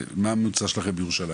מה הממוצע שלכם בירושלים?